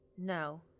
No